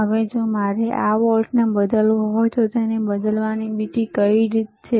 હવે જો મારે આ વોલ્ટેજ બદલવો હોય તો તેને બદલવાની બીજી કઈ રીત છે